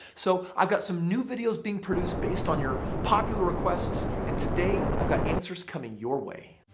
so i've got some new videos being produced based on your popular requests and today i've got answers coming your way.